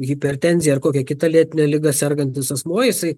hipertenzija ar kokia kita lėtine liga sergantis asmuo jisai